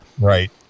right